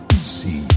see